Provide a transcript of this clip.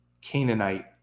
Canaanite